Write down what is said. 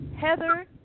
Heather